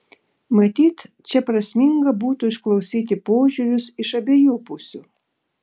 matyt čia prasminga būtų išklausyti požiūrius iš abiejų pusių